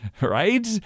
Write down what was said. right